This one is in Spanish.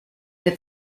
que